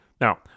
Now